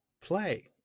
play